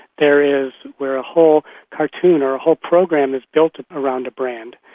there is where a whole cartoon or a whole program is built around a brand.